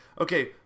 Okay